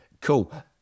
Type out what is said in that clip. Cool